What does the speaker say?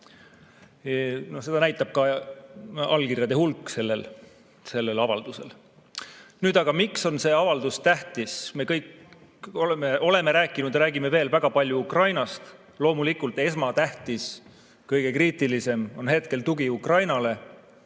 Seda näitab ka allkirjade hulk sellel avaldusel. Nüüd aga: miks on see avaldus tähtis? Me kõik oleme rääkinud ja räägime veel väga palju Ukrainast. Loomulikult on esmatähtis ja kõige kriitilisem hetkel tugi Ukrainale,